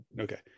Okay